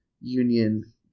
Union